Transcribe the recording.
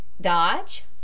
dodge